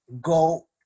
go